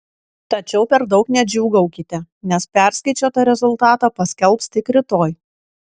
tačiau per daug nedžiūgaukite nes perskaičiuotą rezultatą paskelbs tik rytoj